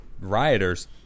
rioters